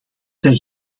zij